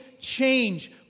change